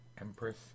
Empress